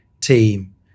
team